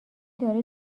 داره